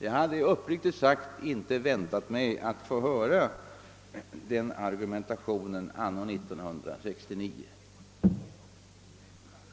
Jag hade uppriktigt sagt inte väntat mig den argumentationen anno 1969.